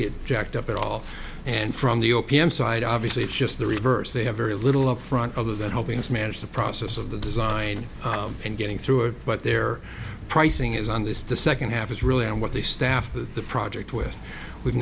get jacked up at all and from the o p m side obviously it's just the reverse they have very little up front other than helping us manage the process of the design and getting through it but their pricing is on this the second half is really on what they staff the project w